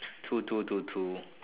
two two two two